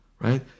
right